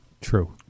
True